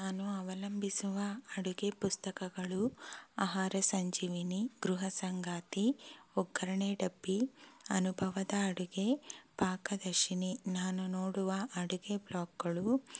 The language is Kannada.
ನಾನು ಅವಲಂಬಿಸುವ ಅಡುಗೆ ಪುಸ್ತಕಗಳು ಆಹಾರ ಸಂಜೀವಿನಿ ಗೃಹ ಸಂಗಾತಿ ಒಗ್ಗರಣೆ ಡಬ್ಬಿ ಅನುಭವದ ಅಡುಗೆ ಪಾಕದರ್ಶಿನಿ ನಾನು ನೋಡುವ ಅಡುಗೆ ವ್ಲಾಗ್ಗಳು